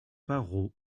parrot